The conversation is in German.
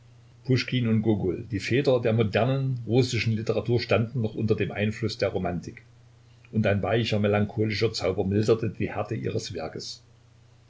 die väter der modernen russischen literatur standen noch unter dem einfluß der romantik und ein weicher melancholischer zauber mildert die härten ihres werkes